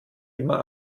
immer